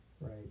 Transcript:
Right